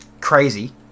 crazy